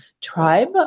tribe